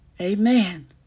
Amen